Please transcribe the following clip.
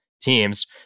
teams